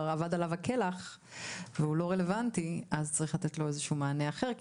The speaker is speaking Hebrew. אבד עליו הכלח והוא לא רלוונטי אז צריך לתת לו איזה מענה אחר,